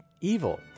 evil